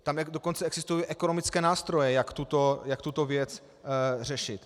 Tam dokonce existují ekonomické nástroje, jak tuto věc řešit.